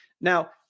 Now